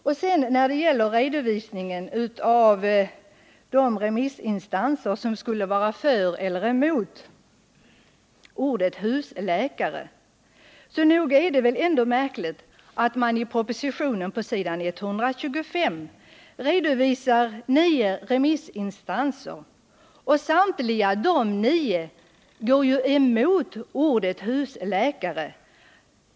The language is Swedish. När det sedan gäller redovisningen av de remissinstanser som skulle vara för eller emot ordet husläkare är det väl ändå märkligt att man i propositionen på s. 125 redovisar yttranden från nio remissinstanser. Samtliga dessa nio går emot benämningen husläkare.